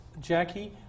Jackie